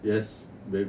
yes babe